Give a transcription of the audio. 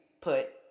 put